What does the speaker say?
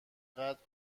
قدر